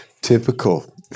Typical